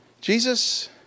Jesus